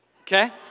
okay